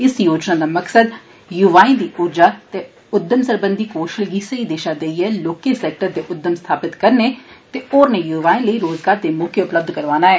इस योजना दा मकसद युवाएं दी ऊर्जा ते उघम सरबंघी कौशल गी सहेई दिशा देइयै लौह्के सैक्टर दे उघम स्थापित करने ते होरने युवाएं लेई रोज़गार दे मौके उपलब्ध कराना ऐ